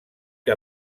que